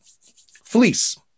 fleece